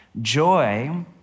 joy